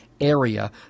area